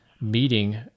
meeting